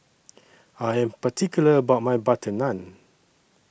I Am particular about My Butter Naan